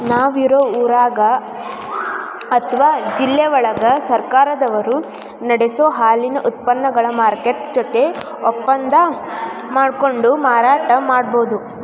ನಾವ್ ಇರೋ ಊರಾಗ ಅತ್ವಾ ಜಿಲ್ಲೆವಳಗ ಸರ್ಕಾರದವರು ನಡಸೋ ಹಾಲಿನ ಉತ್ಪನಗಳ ಮಾರ್ಕೆಟ್ ಜೊತೆ ಒಪ್ಪಂದಾ ಮಾಡ್ಕೊಂಡು ಮಾರಾಟ ಮಾಡ್ಬಹುದು